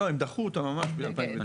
לא, הם דחו אותה ממש ב-2009.